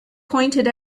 pointed